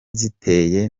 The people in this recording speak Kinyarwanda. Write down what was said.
ziteye